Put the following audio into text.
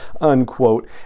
unquote